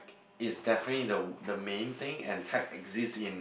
it's definitely the the main thing and tech exists in